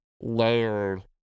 layered